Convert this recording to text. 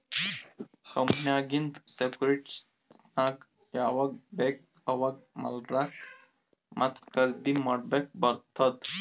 ಕಂಪನಿನಾಗಿಂದ್ ಸೆಕ್ಯೂರಿಟಿಸ್ಗ ಯಾವಾಗ್ ಬೇಕ್ ಅವಾಗ್ ಮಾರ್ಲಾಕ ಮತ್ತ ಖರ್ದಿ ಮಾಡ್ಲಕ್ ಬಾರ್ತುದ್